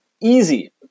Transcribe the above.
easy